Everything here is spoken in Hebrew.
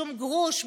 שום גרוש,